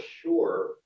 sure